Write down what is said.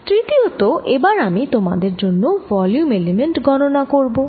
তৃতীয়ত এবার আমি তোমাদের জন্য ভলিউম এলিমেন্ট গণনা করব